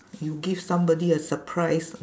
you give somebody a surprise